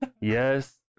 Yes